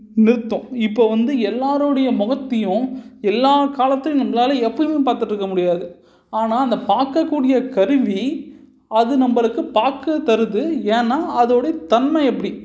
நிறுத்தும் இப்போ வந்து எல்லோரோடைய முகத்தையும் எல்லா காலத்தையும் நம்மளால எப்போயுமே பார்த்துட்ருக்க முடியாது ஆனால் அந்த பார்க்கக்கூடிய கருவி அது நம்மளுக்கு பார்க்க தருது ஏன்னா அதோடைய தன்மை அப்படி